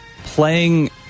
playing